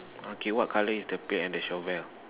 okay what colour is the pail and the shovel